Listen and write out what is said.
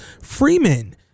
Freeman